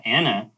Anna